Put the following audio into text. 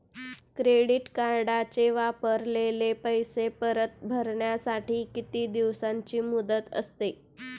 Credit कार्डचे वापरलेले पैसे परत भरण्यासाठी किती दिवसांची मुदत असते?